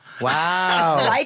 wow